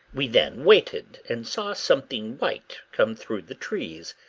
we then waited, and saw something white come through the trees.